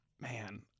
man